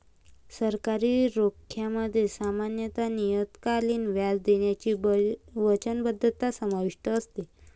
सरकारी रोख्यांमध्ये सामान्यत नियतकालिक व्याज देण्याची वचनबद्धता समाविष्ट असते